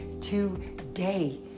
today